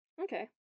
Okay